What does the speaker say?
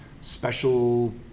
special